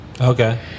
Okay